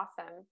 awesome